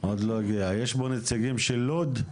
יש פה נציגים של לוד?